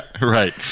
right